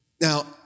Now